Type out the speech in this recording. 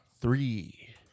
Three